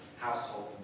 household